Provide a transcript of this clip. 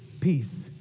peace